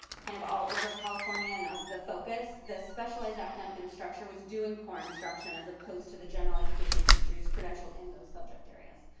kind of all over california and that was the focus, the specialized academic instructor was doing core instruction as opposed to the general education teachers credentialed in those subject areas.